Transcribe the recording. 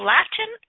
Latin